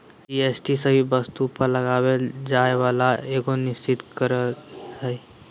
GST सभे वस्तु पर लगावल जाय वाला एगो निश्चित कर हय